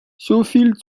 soviel